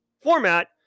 format